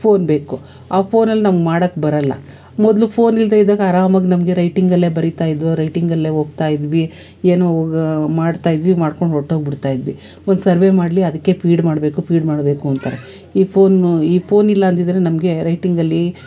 phone ಬೇಕು ಆ ಫೋನಲ್ಲಿ ನಮ್ಗೆ ಮಾಡೋಕ್ಕೆ ಬರೋಲ್ಲ ಮೊದಲು ಫೋನಿಲ್ದೇ ಇದ್ದಾಗ ಆರಾಮಾಗಿ ನಮಗೆ ರೈಟಿಂಗಲ್ಲೇ ಬರಿತಾಯಿದ್ವಿ ರೈಟಿಂಗಲ್ಲೇ ಓದ್ತಾಯಿದ್ವಿ ಏನೋ ಮಾಡ್ತಾಯಿದ್ವಿ ಮಾಡ್ಕೊಂಡು ಹೊರಟೋಗ್ಬಿಡ್ತಾಯಿದ್ವಿ ಒಂದು ಸರ್ವೇ ಮಾಡಲಿ ಅದಕ್ಕೆ ಫೀಡ್ ಮಾಡಬೇಕು ಫೀಡ್ ಮಾಡಬೇಕು ಅಂತಾರೇ ಈ ಫೋನು ಈ ಪೋನ್ ಇಲ್ಲ ಅಂದಿದ್ರೆ ನಮಗೆ ರೈಟಿಂಗಲ್ಲಿ